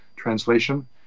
Translation